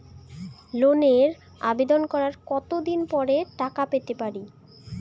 লোনের আবেদন করার কত দিন পরে টাকা পেতে পারি?